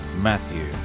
matthew